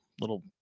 little